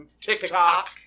TikTok